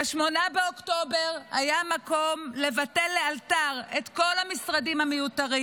ב-8 באוקטובר היה מקום לבטל לאלתר את כל המשרדים המיותרים